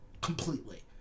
completely